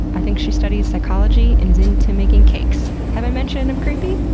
i think she studies psychology and is into making cakes. have i mentioned i'm creepy?